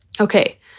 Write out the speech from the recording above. Okay